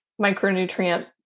micronutrient